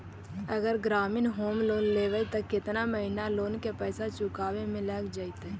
अगर ग्रामीण home loan लेबै त केतना महिना लोन के पैसा चुकावे में लग जैतै?